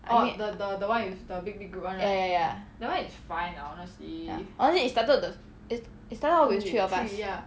I mean ya ya ya ya honestly it started with the it started out with three of us